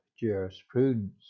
jurisprudence